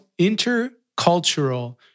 intercultural